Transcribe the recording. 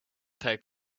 take